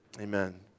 Amen